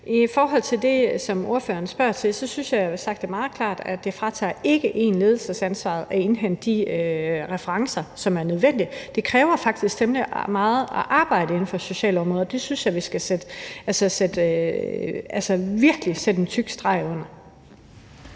I forhold til det, som ordføreren spørger til, synes jeg, at jeg har sagt meget klart, at det ikke fritager lederen for ledelsesansvaret, selv om der skal indhentes de referencer, som er nødvendige. Det kræver faktisk temmelig meget at arbejde inden for socialområdet, og det synes jeg vi virkelig skal sætte en tyk streg under.